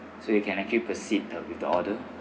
so you can actually proceed the with the order